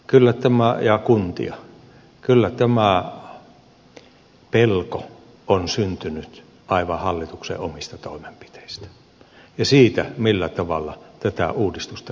kyllä tämä pelko on syntynyt aivan hallituksen omista toimenpiteistä ja siitä millä tavalla tätä uudistusta lähdettiin ulos tuomaan